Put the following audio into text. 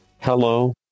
hello